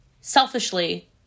selfishly